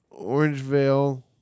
Orangevale